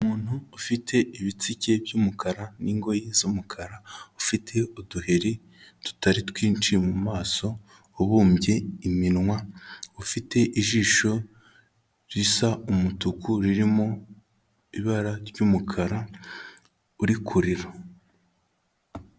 Umuntu ufite ibitsike by'umukara n'ingoyi z'umukara, ufite uduheri tutari twinshi mu maso, ubumbye iminwa, ufite ijisho risa umutuku ririmo ibara ry'umukara, uri kurira.